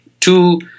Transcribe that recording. Two